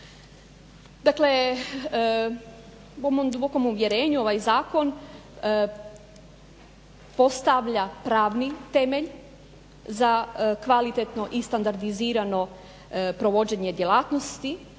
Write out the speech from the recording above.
po mom dubokom uvjerenju ovaj zakon postavlja pravni temelj za kvalitetno i standardizirano provođenje djelatnosti